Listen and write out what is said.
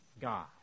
God